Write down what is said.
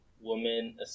woman